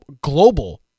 global